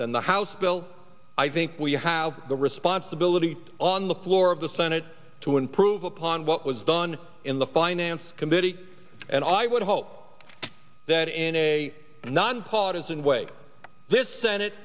than the house bill i think we have the responsibility on the floor of the senate to improve upon what was done in the finance committee and i would hope that in a nonpartizan way